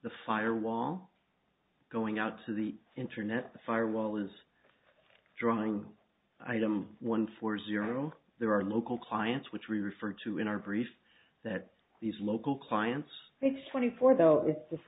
the firewall going out to the internet the firewall is drawing item one four zero there are local clients which we refer to in our brief that these local clients it's twenty four though i